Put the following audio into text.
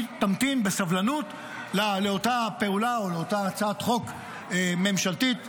היא תמתין בסבלנות לאותה פעולה או לאותה הצעת חוק ממשלתית.